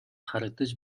харагдаж